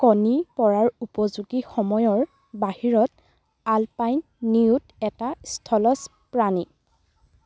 কণী পৰাৰ উপযোগী সময়ৰ বাহিৰত আলপাইন নিউট এটা স্থলজ প্ৰাণী